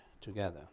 together